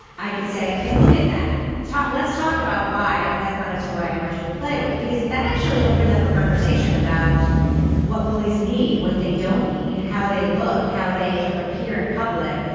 i could say, okay, look at that top. let's talk about why that's not a toy. i want you to play with. because that actually opens up a conversation about what police need, what they don't need, how they look, how they sort of appear in public.